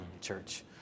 Church